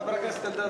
חבר הכנסת אלדד,